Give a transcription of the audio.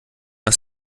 ist